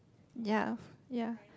ya ya